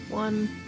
one